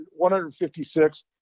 156